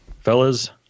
Fellas